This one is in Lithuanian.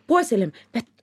puoselėjam bet